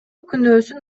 күнөөсүн